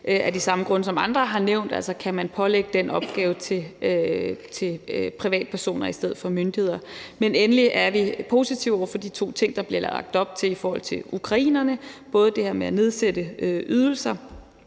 af de samme grunde, som andre har nævnt, altså kan man lægge den opgave hos privatpersoner i stedet for myndigheder? Men endelig er vi positive over for de to ting, der bliver lagt op til i forhold til ukrainerne, både det her med at nedsætte ydelser,